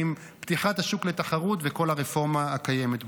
עם פתיחת השוק לתחרות וכל הרפורמה הקיימת בו.